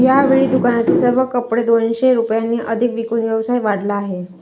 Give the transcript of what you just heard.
यावेळी दुकानातील सर्व कपडे दोनशे रुपयांनी अधिक विकून व्यवसाय वाढवला आहे